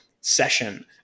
session